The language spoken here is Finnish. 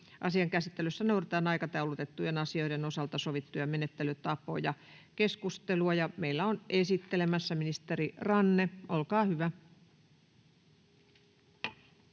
Asian käsittelyssä noudatetaan aikataulutettujen asioiden osalta sovittuja menettelytapoja. — Keskustelu, ja meillä on esittelemässä ministeri Ranne. Olkaa hyvä.